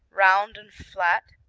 round and flat,